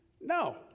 No